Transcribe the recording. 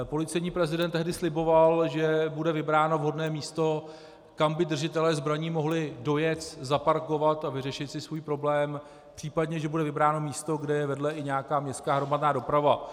Policejní prezident tehdy sliboval, že bude vybráno vhodné místo, kam by držitelé zbraní mohli dojet, zaparkovat a vyřešit si svůj problém, případně bude vybráno místo, kde je vedle i nějaká městská hromadná doprava.